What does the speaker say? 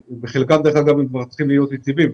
חלקם, דרך אגב, כבר צריכים להיות יציבים.